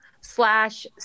slash